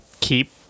keep